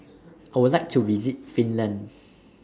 I Would like to visit Finland